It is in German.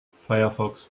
firefox